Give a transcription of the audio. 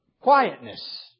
quietness